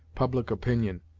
public opinion,